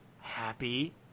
Happy